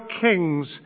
kings